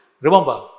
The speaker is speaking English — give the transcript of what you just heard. Remember